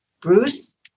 Bruce